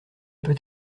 peut